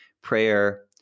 prayer